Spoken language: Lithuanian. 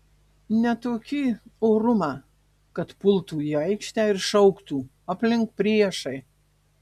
ne tokį orumą kad pultų į aikštę ir šauktų aplink priešai